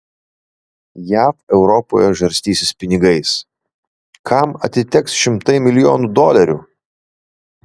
jav europoje žarstysis pinigais kam atiteks šimtai milijonų dolerių